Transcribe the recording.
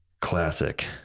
Classic